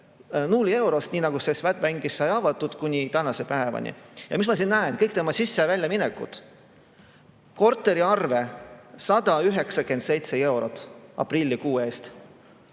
0 eurost, nii nagu see Swedbankis sai avatud, kuni tänase päevani. Ja mis ma näen: kõik tema sisse‑ ja väljaminekud. Korteriarve oli 197 eurot aprillikuu eest,